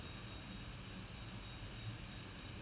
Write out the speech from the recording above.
is okay so this is what the